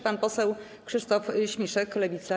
Pan poseł Krzysztof Śmiszek, Lewica.